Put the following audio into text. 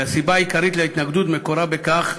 והסיבה העיקרית להתנגדות מקורה בכך